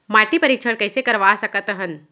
माटी परीक्षण कइसे करवा सकत हन?